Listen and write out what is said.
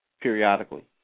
periodically